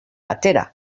atera